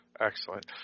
Excellent